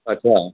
अच्छा